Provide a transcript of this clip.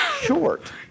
Short